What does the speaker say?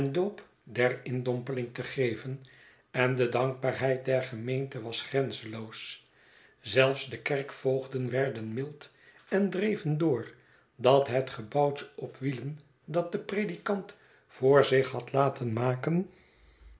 doop der indompeling te geven en de dankbaarheid der gemeente was grenzenloos zelfs de kerkvoogden werden mild en dreven door dat het gebouwtje op wielen dat de predikant voor zich had laten maken